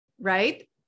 right